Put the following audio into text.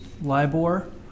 LIBOR